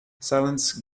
silence